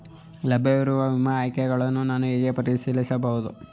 ಲಭ್ಯವಿರುವ ವಿಮಾ ಆಯ್ಕೆಗಳನ್ನು ನಾನು ಹೇಗೆ ಪರಿಶೀಲಿಸಬಹುದು?